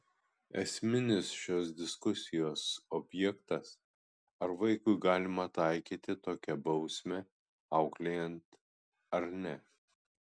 esminis šios diskusijos objektas ar vaikui galima taikyti tokią bausmę auklėjant ar ne